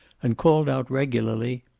and called out regularly,